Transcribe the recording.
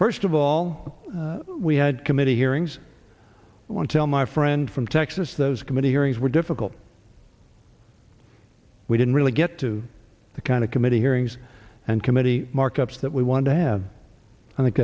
first of all we had committee hearings on tell my friend from texas those committee hearings were difficult we didn't really get to the kind of committee hearings and committee markups that we wanted to have i think